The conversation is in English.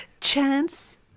Chance